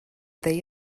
they